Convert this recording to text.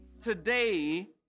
Today